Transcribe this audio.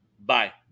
Bye